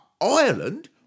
Ireland